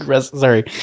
Sorry